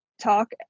talk